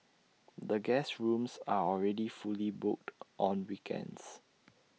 the guest rooms are already fully booked on weekends